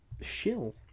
shill